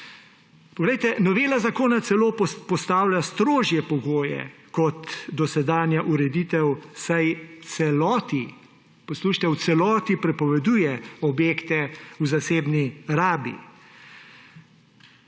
Poglejte, novela zakona celo postavlja strožje pogoje kot dosedanja ureditev, saj v celoti – poslušajte – v celoti prepoveduje objekte v zasebni rabi.